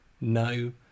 no